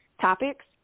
topics